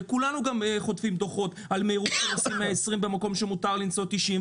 וכולנו חוטפים דוחות על מהירות של 120 במקום שמותר לנסוע 90,